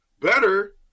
better